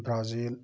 Brazil